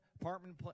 apartment